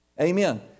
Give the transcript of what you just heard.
Amen